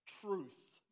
truth